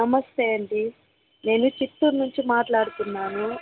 నమస్తే అండి నేను చిత్తూరు నుంచి మాట్లాడుతున్నాను